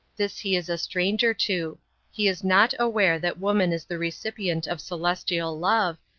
this he is a stranger to he is not aware that woman is the recipient of celestial love,